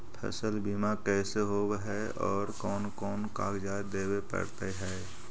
फसल बिमा कैसे होब है और कोन कोन कागज देबे पड़तै है?